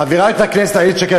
חברת הכנסת איילת שקד,